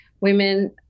women